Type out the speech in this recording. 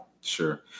Sure